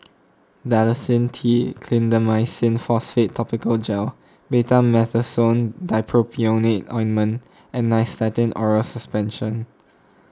Dalacin T Clindamycin Phosphate Topical Gel Betamethasone Dipropionate Ointment and Nystatin Oral Suspension